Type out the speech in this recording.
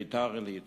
בביתר-עילית,